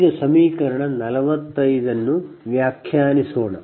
ಈಗ ಸಮೀಕರಣ 45 ಅನ್ನು ವ್ಯಾಖ್ಯಾನಿಸೋಣ